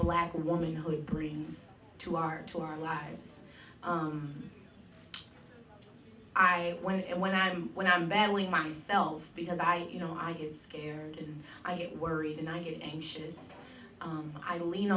black woman who brings to our to our lives i when and when i'm when i'm battling myself because i you know i get scared and i get worried and i get anxious i lean